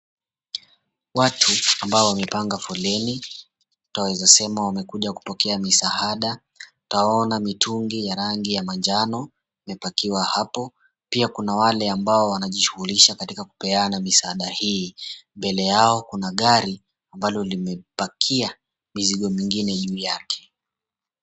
Watu ambao wamepanga foleni, mtu anaeza sema wamekuja kupokea misaada, twaona mitungu ya rangi ya manjano imepakiwa hapo, pia kuna wale ambao wanajishughulisha katika kupeana misaada hii. Mbele yao kuna gari ambalo limepakia mizigo mingine juu yake.